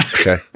Okay